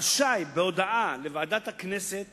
רשאי בהודעה לוועדת הכנסת